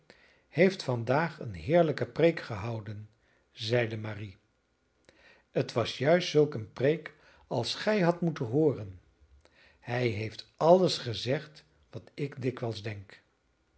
heeft vandaag een heerlijke preek gehouden zeide marie het was juist zulk een preek als gij hadt moeten hooren hij heeft alles gezegd wat ik dikwijls denk